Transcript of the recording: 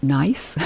nice